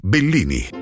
Bellini